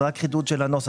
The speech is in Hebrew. זה רק חידוד של הנוסח.